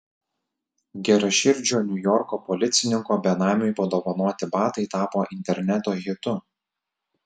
geraširdžio niujorko policininko benamiui padovanoti batai tapo interneto hitu